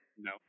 No